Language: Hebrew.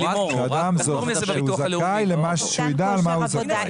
אם הוא זכאי, שידע למה הוא זכאי.